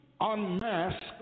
Unmask